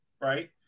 right